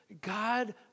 God